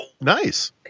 Nice